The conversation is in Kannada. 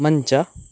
ಮಂಚ